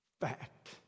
Fact